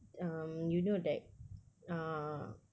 um you know that a